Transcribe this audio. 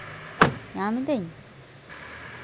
ᱧᱟᱢᱤᱫᱟᱹᱧ